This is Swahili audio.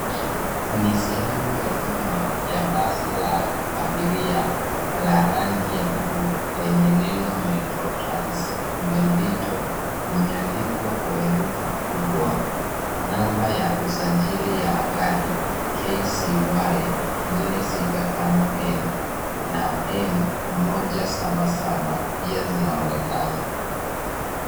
Ni sehemu ya nyuma ya basi la rangi ya buluu lenye maneno Metro Trans Bendito yaliyoandikwa kwa herufi kubwa. Namba ya usajili ya gari KCY 465N na M177 pia zinaonekana.